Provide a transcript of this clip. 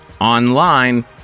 online